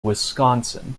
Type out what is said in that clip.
wisconsin